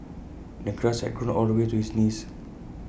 the grass had grown all the way to his knees